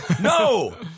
No